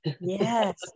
Yes